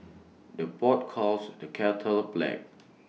the pot calls the kettle black